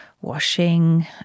washing